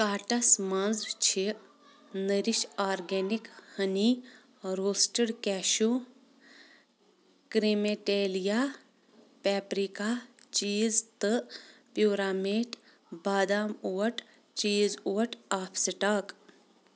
کاٹس منٛز چھِ nourish organic ۂنی روسٹٕڈ کیشِو کرٛیٖمِٹیلیا پٮ۪پرِکا چیٖز تہٕ پیوٗرامیٹ بادام oat cheese out of stock